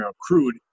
crude